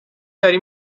داری